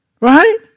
Right